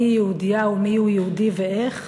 מיהי יהודייה ומיהו יהודי ואיך.